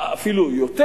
אפילו יותר,